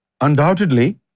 Undoubtedly